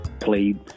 played